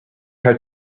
had